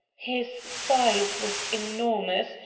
his size was enormous,